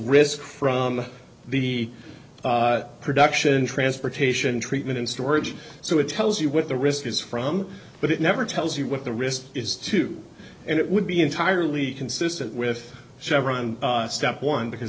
risk from the production transportation treatment and storage so it tells you what the risk is from but it never tells you what the risk is too and it would be entirely consistent with chevron step one because